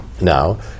now